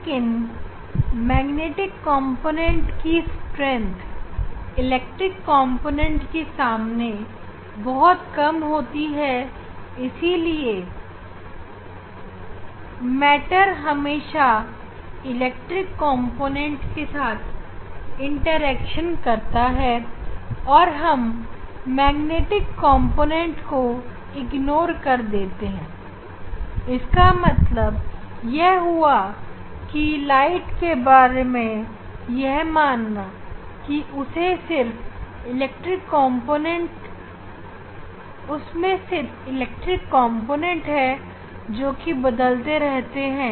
लेकिन मैग्नेटिक कॉम्पोनेंटकी शक्ति इलेक्ट्रिक कॉम्पोनेंटके सामने बहुत कम होती है इसीलिए मैटर हमेशा इलेक्ट्रिक इंटरेक्शन करता है और हम मैग्नेटिक कॉम्पोनेंटको नजर अंदाज़ कर देते हैं इसका मतलब यह हुआ कि प्रकाश के बारे में यह माना सकता है कि उसके सिर्फ इलेक्ट्रिक कॉम्पोनेंटहै जो कि बदलते रहते हैं